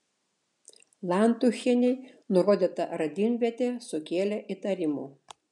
lantuchienei nurodyta radimvietė sukėlė įtarimų